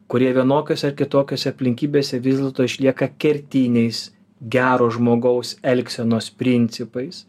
kurie vienokios ar kitokiose aplinkybėse vis dėlto išlieka kertiniais gero žmogaus elgsenos principais